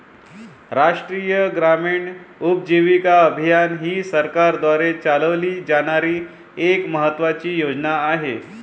राष्ट्रीय ग्रामीण उपजीविका अभियान ही सरकारद्वारे चालवली जाणारी एक महत्त्वाची योजना आहे